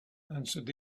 answered